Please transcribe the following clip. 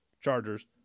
Chargers